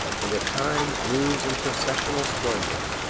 and at times moves in processional splendor.